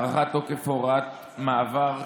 (הארכת תוקף הוראת מעבר),